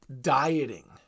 dieting